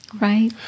right